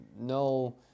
no